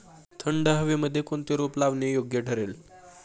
थंड हवेमध्ये कोणते रोप लावणे योग्य ठरेल?